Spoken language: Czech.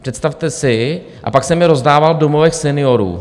Představte si, a pak jsem je rozdával v domovech seniorů.